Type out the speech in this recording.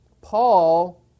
Paul